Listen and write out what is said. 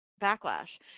backlash